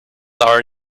are